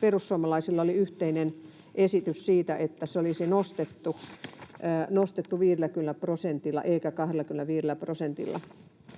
perussuomalaisilla oli yhteinen esitys siitä, että sitä olisi nostettu 50 prosentilla eikä 25 prosentilla.